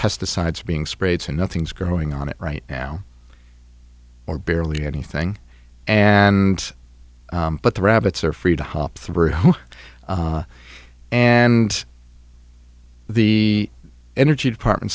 pesticides being sprayed and nothing's growing on it right now or barely anything and but the rabbits are free to hop through and the energy department